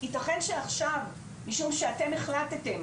ייתכן שעכשיו משום שאתם החלטתם,